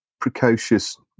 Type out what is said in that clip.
precocious